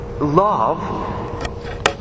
Love